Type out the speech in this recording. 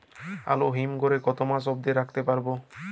আলু হিম ঘরে কতো মাস অব্দি রাখতে পারবো?